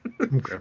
Okay